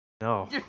no